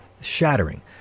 shattering